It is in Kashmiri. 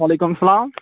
وعلیکُم اَسلام